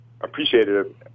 appreciated